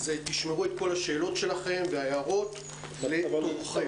תשמרו את כל השאלות וההערות שלכם לתורכם.